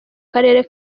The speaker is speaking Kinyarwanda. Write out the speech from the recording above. karere